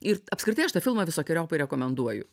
ir apskritai aš tą filmą visokeriopai rekomenduoju